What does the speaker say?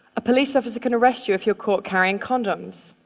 a police officer can arrest you if you're caught carrying condoms,